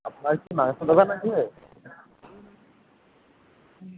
আপনার কি মাংসর দোকান আছে